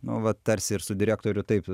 nu va tarsi ir su direktoriu taip